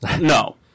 no